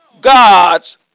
God's